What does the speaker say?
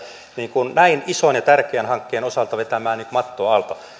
näin ison ja tärkeän hankkeen osalta vetämään mattoa alta en